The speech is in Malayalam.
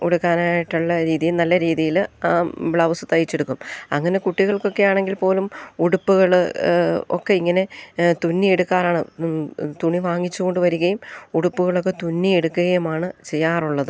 ഉടുക്കാനായിട്ടുള്ള രീതി നല്ല രീതിയിൽ ഇപ്പം ബ്ലൗസ് തയ്ച്ചെടുക്കും അങ്ങനെ കുട്ടികൾക്കൊക്കെ ആണെങ്കിൽ പോലും ഉടുപ്പുകൾ ഒക്കെ ഇങ്ങനെ തുന്നിയെടുക്കാറാണ് തുണി വാങ്ങിച്ചു കൊണ്ട് വരികയും ഉടുപ്പുകളൊക്കെ തുന്നിയെടുക്കുകയുമാണ് ചെയ്യാറുള്ളത്